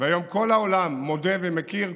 והיום כל העולם מודה ומכיר.